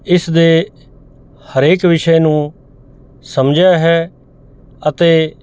ਇਸ ਦੇ ਹਰੇਕ ਵਿਸ਼ੇ ਨੂੰ ਸਮਝਿਆ ਹੈ ਅਤੇ